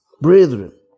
Brethren